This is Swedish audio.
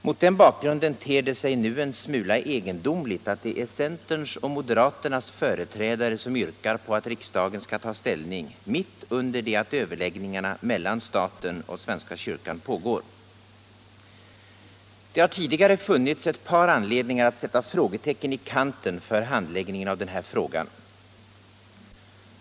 Mot den bakgrunden ter det sig nu en smula egendomligt att det är centerns och moderaternas företrädare som yrkar på att riksdagen skall ta ställning — mitt under det att överläggningarna mellan staten och svenska kyrkan pågår. Det har tidigare funnits ett par anledningar att sätta frågetecken i kanten för handläggningen av den här frågan.